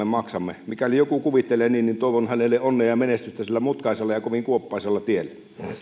maksamme mikäli joku kuvittelee niin niin toivon hänelle onnea ja menestystä sillä mutkaisella ja kovin kuoppaisella tiellä